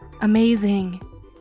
Amazing